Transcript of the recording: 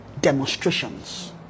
demonstrations